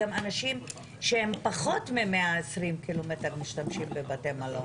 אנשים שגרים פחות מ-120 קילומטרים הולכים לבתי מלון.